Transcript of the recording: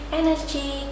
energy